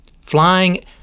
flying